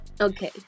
okay